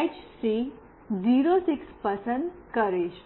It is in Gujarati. એચસી 06 પસંદ કરીશ